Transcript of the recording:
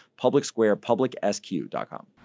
publicsquarepublicsq.com